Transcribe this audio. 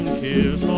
kiss